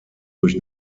durch